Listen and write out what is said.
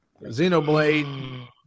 Xenoblade